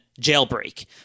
jailbreak